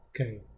Okay